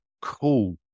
cool